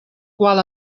qual